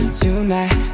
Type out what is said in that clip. tonight